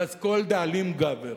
ואז כל דאלים גבר.